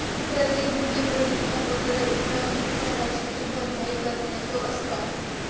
प्रतिभूती प्रतिज्ञापत्र एका नेमक्या राशीची भरपाई करण्याचो असता